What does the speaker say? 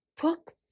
book